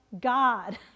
God